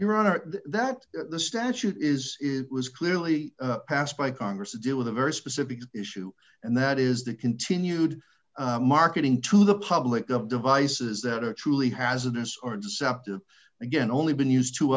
honor that the statute is it was clearly passed by congress to deal with a very specific issue and that is the continued marketing to the public of devices that are truly hazardous or deceptive again only been used t